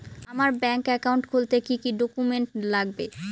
আমার bank account খুলতে কি কি ডকুমেন্ট লাগবে?